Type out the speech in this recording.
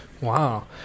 Wow